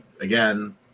again